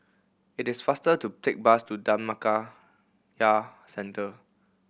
it is faster to take bus to Dhammakaya Centre